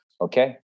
okay